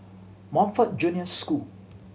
Montfort Junior School